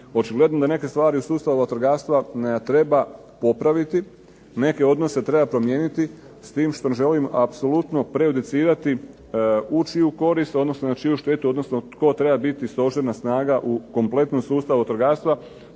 Očigledno da neke stvari u sustavu vatrogastva treba popraviti, neke odnose treba promijeniti s tim što ne želim apsolutno prejudicirati, ući u korist odnosno na čiju štetu, odnosno tko treba biti stožerna snaga u kompletnom sustavu vatrogastva,